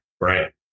right